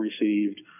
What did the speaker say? received